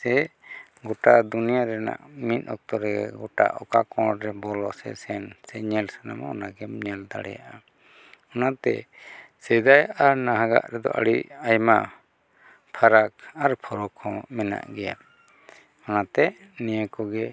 ᱥᱮ ᱜᱚᱴᱟ ᱫᱩᱱᱭᱟᱹ ᱨᱮᱱᱟᱜ ᱢᱤᱫ ᱚᱠᱛᱚ ᱨᱮ ᱜᱚᱴᱟ ᱚᱠᱟ ᱠᱚᱬ ᱨᱮ ᱵᱚᱞᱚ ᱥᱮ ᱥᱮᱱ ᱥᱮ ᱧᱮᱞ ᱥᱟᱱᱟᱢᱟ ᱚᱱᱟᱜᱮᱢ ᱧᱮᱞ ᱫᱟᱲᱮᱭᱟᱜᱼᱟ ᱚᱱᱟᱛᱮ ᱥᱮᱫᱟᱭ ᱟᱨ ᱱᱟᱦᱟᱜᱟᱜ ᱨᱮᱫᱚ ᱟᱹᱰᱤ ᱟᱭᱢᱟ ᱯᱷᱟᱨᱟᱠ ᱟᱨ ᱯᱷᱚᱨᱚᱠ ᱦᱚᱸ ᱢᱮᱱᱟᱜ ᱜᱮᱭᱟ ᱚᱱᱟᱛᱮ ᱱᱤᱭᱟᱹ ᱠᱚᱜᱮ